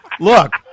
Look